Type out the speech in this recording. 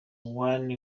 one